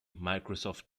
microsoft